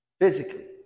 physically